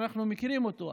שאנחנו מכירים אותו,